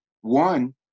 One